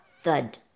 thud